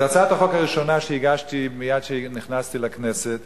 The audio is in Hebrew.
זאת הצעת החוק הראשונה שהגשתי מייד כשנכנסתי לכנסת,